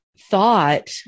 thought